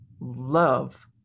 Love